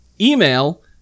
Email